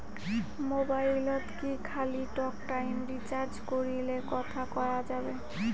মোবাইলত কি খালি টকটাইম রিচার্জ করিলে কথা কয়া যাবে?